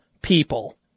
people